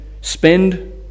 Spend